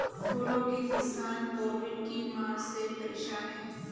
फूलों के किसान कोविड की मार से परेशान है